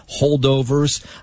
Holdovers